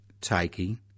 taking